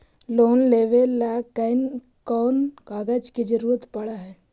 Loan लेबे ल कैन कौन कागज के जरुरत पड़ है?